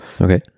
Okay